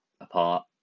apart